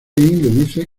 dice